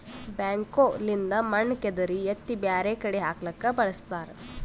backhoe ಲಿಂದ್ ಮಣ್ಣ್ ಕೆದರಿ ಎತ್ತಿ ಬ್ಯಾರೆ ಕಡಿ ಹಾಕ್ಲಕ್ಕ್ ಬಳಸ್ತಾರ